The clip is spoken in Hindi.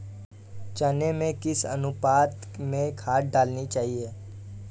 चने में किस अनुपात में खाद डालनी चाहिए?